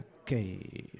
Okay